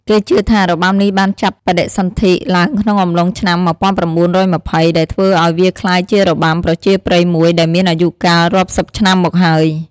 គេជឿថា របាំនេះបានចាប់បដិសន្ធិឡើងក្នុងអំឡុងឆ្នាំ១៩២០ ដែលធ្វើឱ្យវាក្លាយជារបាំប្រជាប្រិយមួយដែលមានអាយុកាលរាប់សិបឆ្នាំមកហើយ។